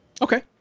okay